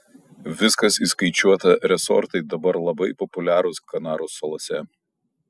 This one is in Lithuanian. viskas įskaičiuota resortai dabar labai populiarūs kanarų salose